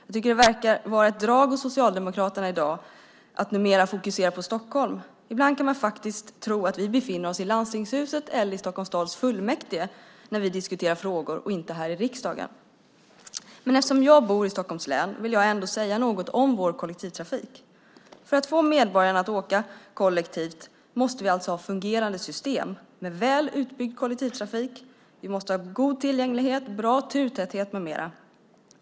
Jag tycker att det verkar vara ett drag hos Socialdemokraterna i dag att numera fokusera på Stockholm. Ibland kan man faktiskt tro att vi befinner oss i landstingshuset eller i Stockholms stads fullmäktige när vi diskuterar frågor och inte här i riksdagen. Men eftersom jag bor i Stockholms län vill jag ändå säga något om vår kollektivtrafik. För att få medborgarna att åka kollektivt måste vi alltså ha fungerande system med väl utbyggd kollektivtrafik. Vi måste ha god tillgänglighet, bra turtäthet med mera.